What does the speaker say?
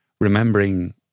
remembering